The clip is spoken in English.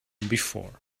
before